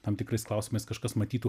tam tikrais klausimais kažkas matytų